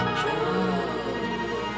true